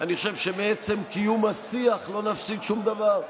אני חושב שמעצם קיום השיח לא נפסיד שום דבר.